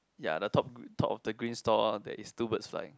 ya the top top of the green store there is two birds flying